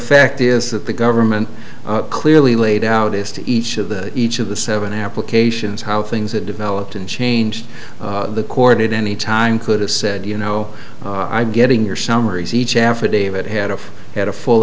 fact is that the government clearly laid out as to each of the each of the seven applications how things have developed and changed the court at any time could have said you know i'm getting your